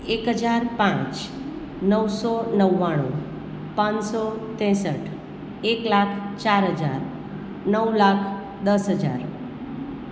એક હજાર પાંચ નવસો નવ્વાણું પાંચસો ત્રેંસઠ એક લાખ ચાર હજાર નવ લાખ દસ હજાર